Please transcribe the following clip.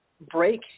break